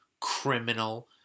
criminal